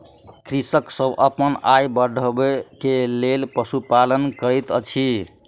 कृषक सभ अपन आय बढ़बै के लेल पशुपालन करैत अछि